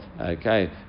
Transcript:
okay